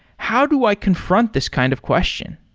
how do i confront this kind of question?